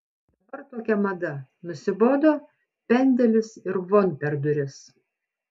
dabar tokia mada nusibodo pendelis ir von per duris